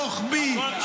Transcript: רוחבי,